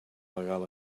legal